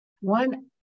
one